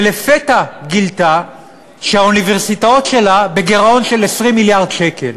ולפתע גילתה שהאוניברסיטאות שלה בגירעון של 20 מיליארד שקל?